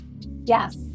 Yes